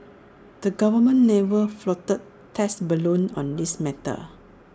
the government never floated test balloons on this matter